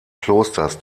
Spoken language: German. klosters